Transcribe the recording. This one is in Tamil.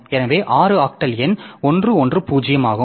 எனவே 6 ஆக்டல் எண் 110 ஆகும்